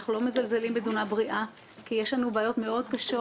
אנחנו לא מזלזלים בתזונה בריאה כי יש לנו בעיות קשות מאוד.